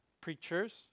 preachers